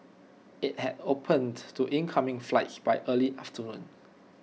IT had opened to incoming flights by early afternoon